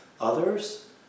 Others